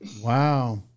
Wow